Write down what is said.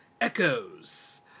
Echoes